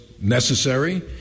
necessary